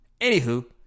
Anywho